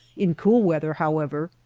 in cool weather, however,